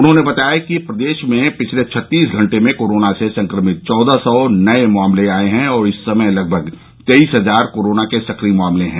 उन्होंने बताया प्रदेश में पिछले छत्तीस घंटे में कोरोना से संक्रमित चौदह सौ नये मामले आये हैं और इस समय लगभग तेईस हज़ार कोरोना के सक्रिय मामले हैं